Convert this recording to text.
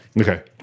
Okay